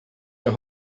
der